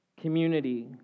Community